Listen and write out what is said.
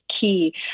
key